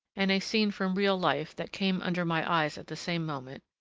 and a scene from real life that came under my eyes at the same moment,